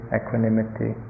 equanimity